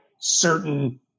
certain